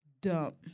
dump